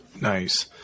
Nice